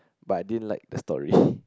but I didn't like the story